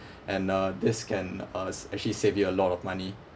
and uh this can uh s~ actually save you a lot of money